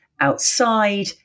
outside